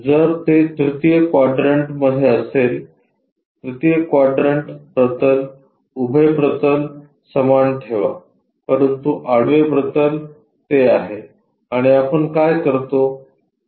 जर ते तृतीय क्वाड्रंटमध्ये असेल तृतीय क्वाड्रंट प्रतल उभे प्रतल समान ठेवा परंतु आडवे प्रतल ते आहे आणि आपण काय करतो